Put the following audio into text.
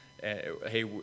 hey